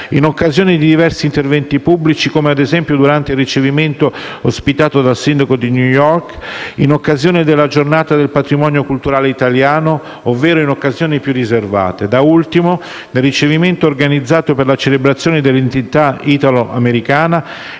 in occasione di diversi interventi pubblici come, ad esempio, durante il ricevimento ospitato dal sindaco di New York in occasione della giornata del patrimonio culturale italiano ovvero in occasioni più riservate e, da ultimo, nel ricevimento organizzato per la celebrazione dell'identità italoamericana